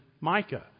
Micah